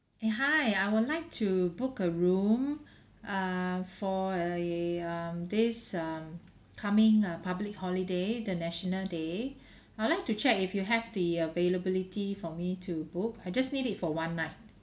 eh hi I would like to book a room err for err um this um coming uh public holiday the national day I will like to check if you have the availability for me to book I just need it for one night